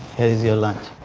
here's your lunch. i